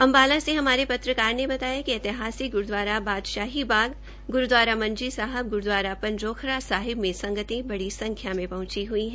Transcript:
अम्बाला से हमारे पत्रकार ने बताया कि ऐतिहासिक ग्रूद्वारा बादशाही बाग ग्रूद्वारा मंजी साहिब ग्रूद्वारा पंजोखरा साहिब में संगते बड़ी संख्या में पहंची हई है